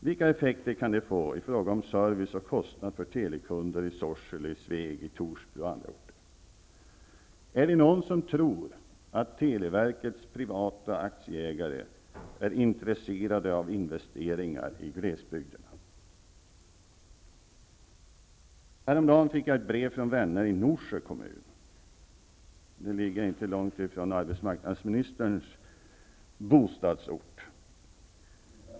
Vilka effekter kan det få i fråga om service och kostnad för telekunder i Sorsele, Sveg, Torsby och på andra orter? Är det någon som tror att televerkets privata aktieägare är intresserade av investeringar i glesbygderna? Häromdagen fick jag ett brev från vänner i Norsjö kommun, som inte ligger inte långt från arbetsmarknadsministerns bostadsort.